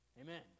Amen